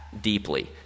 deeply